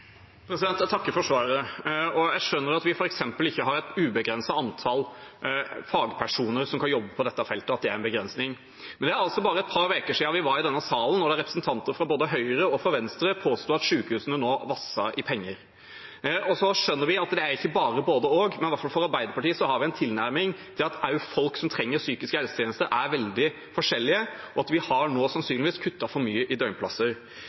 Jeg takker for svaret. Jeg skjønner at vi f.eks. ikke har et ubegrenset antall fagpersoner som kan jobbe på dette feltet, at det er en begrensning. Men det er bare et par uker siden vi var i denne salen og representanter fra både Høyre og Venstre påsto at sykehusene nå vasser i penger. Vi skjønner at det ikke bare er både–og, men i hvert fall har vi i Arbeiderpartiet den tilnærmingen at også folk som trenger psykiske helsetjenester, er veldig forskjellige, og at vi sannsynligvis har kuttet for mye i